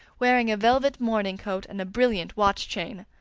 wearing a velvet morning coat and a brilliant watch chain,